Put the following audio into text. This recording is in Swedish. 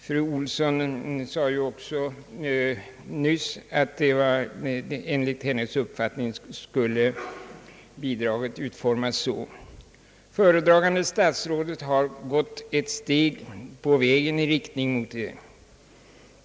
Fru Olsson sade också nyss att bidraget enligt hennes uppfattning skulle utformas så. Föredragande statsrådet har gått ett steg på vägen i denna riktning.